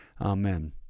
Amen